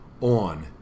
on